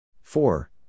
Four